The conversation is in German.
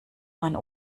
man